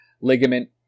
ligament